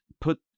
put